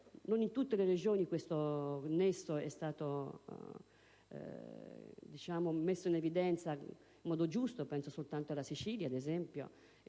non in tutte le Regioni questo nesso è stato messo in evidenza in modo giusto, e penso ad esempio alla Sicilia. Vi sono